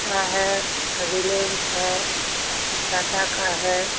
हाँ बाटा है रिलायन्स है टाटा का है